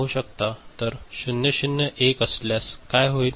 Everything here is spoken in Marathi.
तर 0 0 1 असल्यास काय होईल